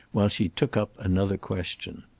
while she took up another question.